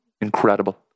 incredible